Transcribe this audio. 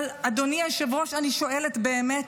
אבל אדוני היושב-ראש, אני שואלת באמת.